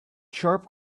sharp